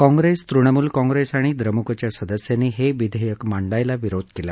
काँप्रेस तुणमूल काँप्रेस आणि द्रमुकच्या सदस्यांनी हे विधेयक मांडण्यास विरोध केला